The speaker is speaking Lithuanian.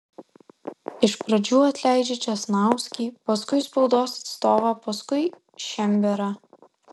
iš pradžių atleidžia česnauskį paskui spaudos atstovą paskui šemberą